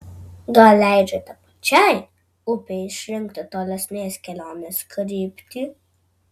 gal leidžiate pačiai upei išrinkti tolesnės kelionės kryptį